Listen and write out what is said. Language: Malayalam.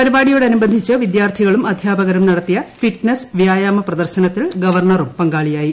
പരിപാടിയോട് അനുബന്ധിച്ച് വിദ്യാർഥികളും അധ്യാപകരും നടത്തിയ ഫിറ്റ്നസ് വ്യായാമ പ്രദർശനത്തിൽ ഗവർണറും പങ്കാളിയായി